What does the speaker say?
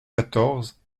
quatorze